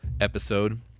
episode